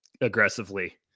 aggressively